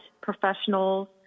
professionals